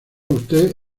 usted